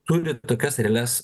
turi tokias realias